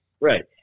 Right